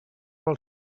vol